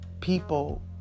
people